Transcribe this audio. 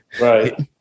Right